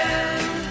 end